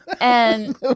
And-